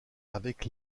avec